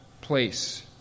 place